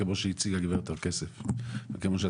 כמו שהציגה גברת הר כסף ואתה,